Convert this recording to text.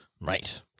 Right